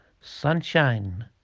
Sunshine